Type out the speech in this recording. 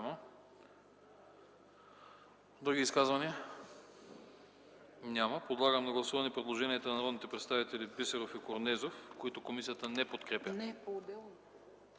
Изказвания? Няма. Подлагам на гласуване предложението на народния представител Христо Бисеров, което комисията не подкрепя.